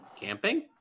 camping